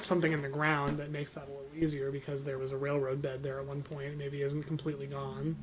something in the ground that makes up easier because there was a railroad bed there are one point maybe isn't completely gone